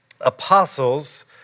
apostles